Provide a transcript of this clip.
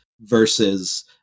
versus